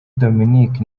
dominic